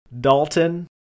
Dalton